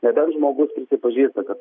nebent žmogus prisipažįsta kad